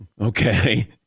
Okay